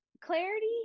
clarity